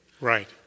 Right